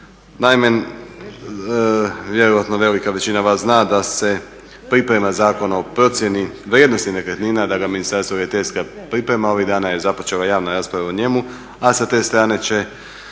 Naime, vjerojatno velika većina vas zna da se priprema Zakon o procjeni vrijednosti nekretnina, da ga Ministarstvo graditeljstva priprema. Ovih dana je započela javna rasprava o njemu, a sa te strane će